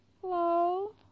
Hello